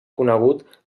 conegut